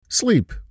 Sleep